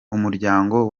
umuryango